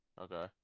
Okay